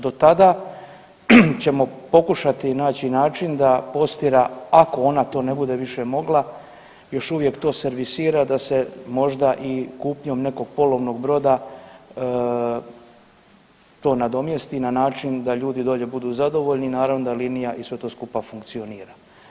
Do tada ćemo pokušati naći način da Postira ako ona to ne bude više mogla još uvijek to servisira da se možda i kupnjom nekog polovnog broda to nadomjesti na način da ljudi dolje budu zadovoljni, naravno da linija i sve to skupa funkcionira.